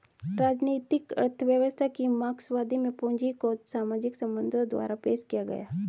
राजनीतिक अर्थव्यवस्था की मार्क्सवादी में पूंजी को सामाजिक संबंधों द्वारा पेश किया है